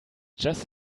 just